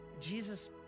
Jesus